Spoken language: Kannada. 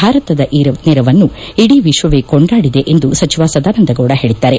ಭಾರತದ ಈ ನೆರವನ್ನು ಇಡೀ ವಿಶ್ವವೇ ಕೊಂಡಾಡಿದೆ ಎಂದು ಸಚಿವ ಸದಾನಂದಗೌಡ ಹೇಳದ್ದಾರೆ